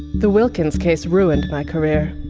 the wilkins case ruined my career,